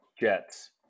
Jets